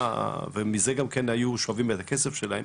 וזה גם כן היו שואבים את הכסף שלהם.